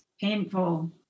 painful